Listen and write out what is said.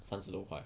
三十多块